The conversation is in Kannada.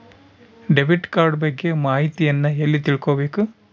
ಡೆಬಿಟ್ ಕಾರ್ಡ್ ಬಗ್ಗೆ ಮಾಹಿತಿಯನ್ನ ಎಲ್ಲಿ ತಿಳ್ಕೊಬೇಕು?